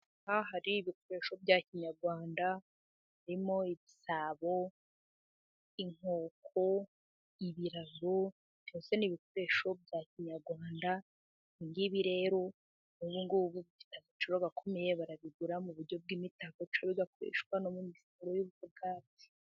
Aha hari ibikoresho bya kinyarwanda birimo ibisabo, inkoko, ibirazo, byose ni ibikoresho bya kinyarwanda. Ibi ngibi rero, ubu bifite agaciro gakomeye. Barabigura mu buryo bw'imitako cyangwa bigakoreshwa...